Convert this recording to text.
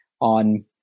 on